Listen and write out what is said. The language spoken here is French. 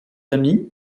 amis